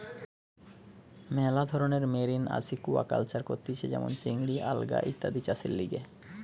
মেলা ধরণের marine aquaculture করতিছে যেমন চিংড়ি, আলগা ইত্যাদি চাষের লিগে